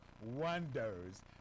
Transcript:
wonders